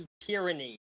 tyranny